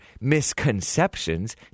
misconceptions